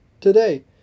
today